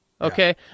okay